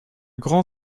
grand